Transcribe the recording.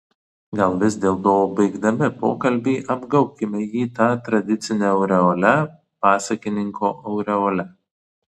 gal vis dėlto baigdami pokalbį apgaubkime jį ta tradicine aureole pasakininko aureole